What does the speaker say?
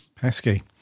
Pesky